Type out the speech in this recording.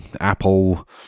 Apple